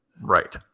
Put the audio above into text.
right